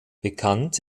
benannt